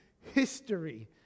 history